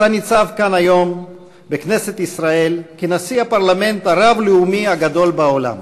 אתה ניצב כאן היום בכנסת ישראל כנשיא הפרלמנט הרב-לאומי הגדול בעולם.